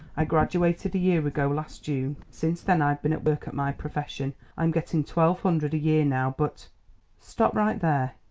i graduated a year ago last june. since then i've been at work at my profession. i'm getting twelve hundred a year now but stop right there.